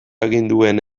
aginduen